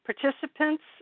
Participants